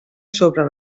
sobre